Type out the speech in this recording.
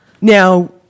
Now